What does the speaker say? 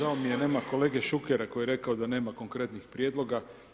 Žao mi je, nema kolege Šukera koji je rekao da nema konkretnih prijedloga.